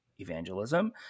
evangelism